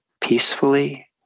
peacefully